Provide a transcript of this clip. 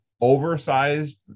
oversized